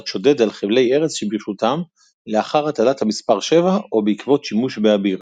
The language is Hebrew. שודד על חבלי ארץ שברשותם לאחר הטלת המספר 7 או בעקבות שימוש באביר.